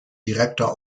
direkter